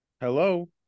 Hello